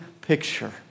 picture